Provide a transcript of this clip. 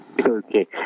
Okay